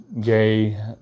gay